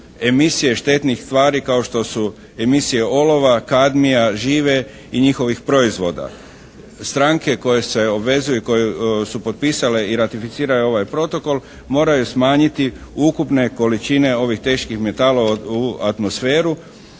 emisije štetnih tvari kao što su emisije olova, kadnija, žive i njihovih proizvoda. Stranke koje se obvezuje i koje su potpisale i ratificirale ovaj protokol moraju smanjiti ukupne količine ovih teških metala u atmosferu